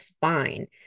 fine